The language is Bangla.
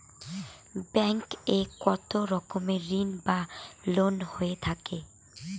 ব্যাংক এ কত রকমের ঋণ বা লোন হয়ে থাকে?